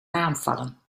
naamvallen